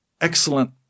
excellent